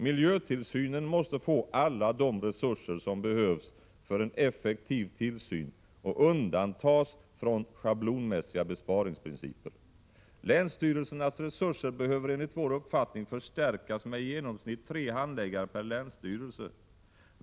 Miljötillsynen måste få alla de resurser som behövs för en effektiv tillsyn och undantas från schablonmässiga besparingsprinciper. Länsstyrelsernas resurser behöver enligt vår uppfattning förstärkas med i genomsnitt tre handläggare per länsstyrelse.